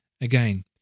Again